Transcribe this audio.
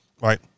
right